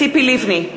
ציפי לבני,